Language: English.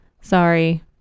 sorry